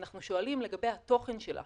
אנחנו שואלים לגבי התוכן שלה.